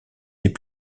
des